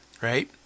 Right